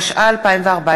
התשע"ה 2014,